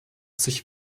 sich